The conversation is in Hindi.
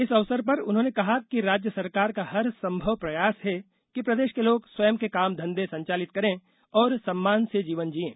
इस अवसर पर उन्होंने कहा कि राज्य सरकार का हर संभव प्रयास है कि प्रदेश के लोग स्वयं के काम घंधे संचालित करें और सम्मान से जीवन जिएं